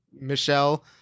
Michelle